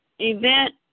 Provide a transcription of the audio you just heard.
event